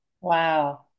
Wow